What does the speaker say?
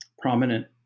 prominent